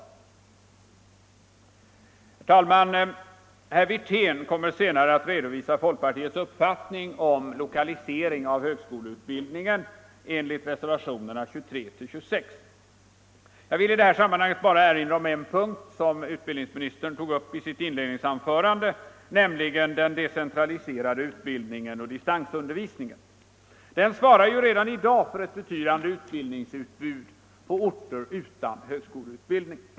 Herr talman! Herr Wirtén kommer senare att redovisa folkpartiets uppfattning om lokalisering av högskoleutbildningen enligt reservationerna 23-26. Jag vill i detta sammanhang bara erinra om en punkt som utbildningsministern tog upp i sitt inledningsanförande, nämligen den decentraliserade utbildningen och distansundervisningen. Den svarar redan i dag för ett betydande utbildningsutbud på orter utan högskoleutbildning.